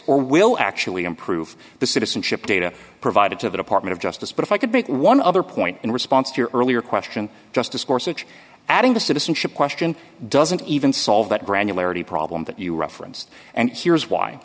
or will actually improve the citizenship data provided to the department of justice but if i could make one other point in response to your earlier question just discourse which adding to citizenship question doesn't even solve that granularity problem that you referenced and here's why